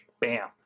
bam